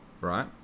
right